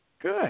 Good